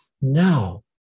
Now